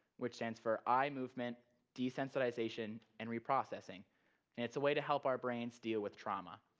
which stands for eye movement desensitization and reprocessing. and it's a way to help our brains deal with trauma.